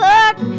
Look